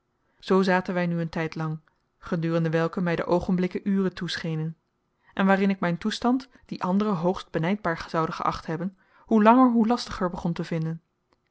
zoo zaten wij nu een tijdlang gedurende welken mij de oogenblikken uren toeschenen en waarin ik mijn toestand dien anderen hoogst benijdbaar zouden geacht hebben hoe langer hoe lastiger begon te vinden